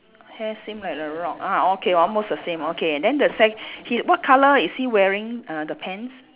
hair same like the rock ah okay almost the same okay then the se~ he what colour is he wearing uh the pants